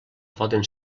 poden